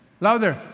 Louder